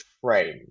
frame